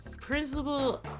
principal